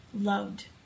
loved